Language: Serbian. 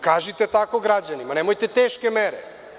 Kažite tako građanima, a nemojte – teške mere.